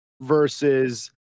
Versus